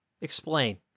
Explain